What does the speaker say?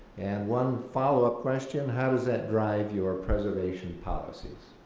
and one follow-up question, how does that drive your preservation policies?